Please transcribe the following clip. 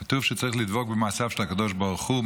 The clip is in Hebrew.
כתוב שצריך לדבוק במעשיו של הקדוש ברוך הוא,